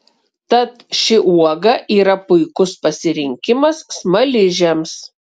tad ši uoga yra puikus pasirinkimas smaližiams